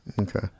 Okay